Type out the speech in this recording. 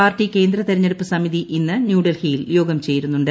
party കേന്ദ്ര തെരഞ്ഞെടുപ്പ് സമിതി ഇന്ന് ന്യൂഡൽഹിയിൽ യോഗം ചേരുന്നുണ്ട്